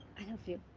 i love him.